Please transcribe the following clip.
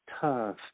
tough